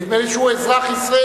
נדמה לי שהוא אזרח ישראלי,